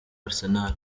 arsenal